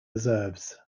reserves